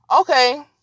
Okay